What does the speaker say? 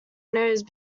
nose